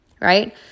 right